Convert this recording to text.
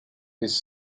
his